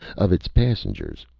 of its passengers,